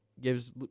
gives